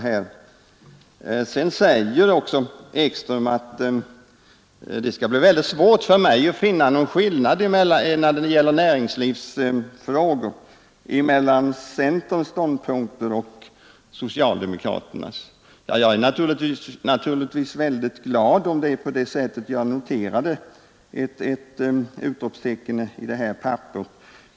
Herr Ekström säger också att det när det gäller näringslivsfrågor skall bli väldigt svårt för mig att finna någon skillnad mellan centerns och socialdemokraternas ståndpunkter. Jag skulle naturligtvis vara mycket glad om det vore på det sättet; jag noterade ett utropstecken.